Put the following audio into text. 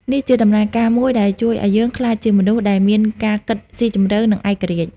នេះជាដំណើរការមួយដែលជួយឱ្យយើងក្លាយជាមនុស្សដែលមានការគិតស៊ីជម្រៅ និងឯករាជ្យ។